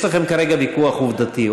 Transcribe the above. יש לכם כרגע ויכוח עובדתי.